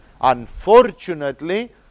Unfortunately